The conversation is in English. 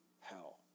hell